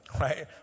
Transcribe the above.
right